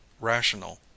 rational